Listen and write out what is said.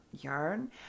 yarn